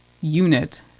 unit